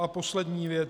A poslední věc.